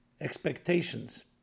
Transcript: expectations